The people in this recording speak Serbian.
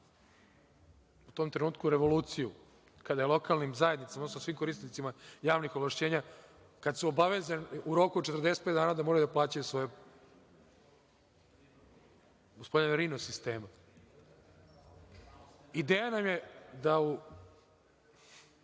u tom trenutku revoluciju, kada je lokalnim zajednicama, odnosno svim korisnicima javnih ovlašćenja, kad su obavezani u roku od 45 dana da moraju da plaćaju i rino sistem. Ideja nam je da u,